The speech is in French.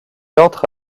entre